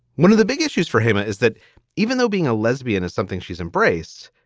one of the big issues for him ah is that even though being a lesbian is something she's embraced.